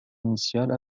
initiale